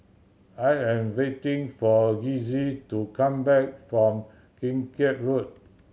I am waiting for Kizzy to come back from Kim Keat Road